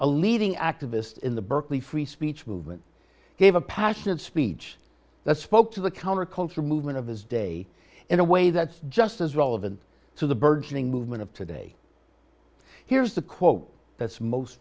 a leading activist in the berkeley free speech movement gave a passionate speech that spoke to the counterculture movement of his day in a way that's just as relevant to the burgeoning movement of today here's the quote that's most